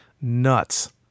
nuts